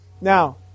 now